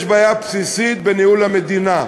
יש בעיה בסיסית בניהול המדינה.